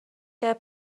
کرد